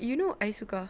you know ai-suka